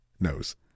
knows